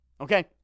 Okay